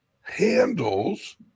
handles